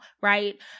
right